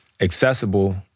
accessible